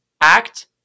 act